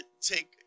take